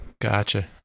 Gotcha